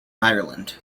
ireland